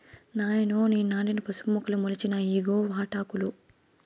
నాయనో నేను నాటిన పసుపు మొక్కలు మొలిచినాయి ఇయ్యిగో వాటాకులు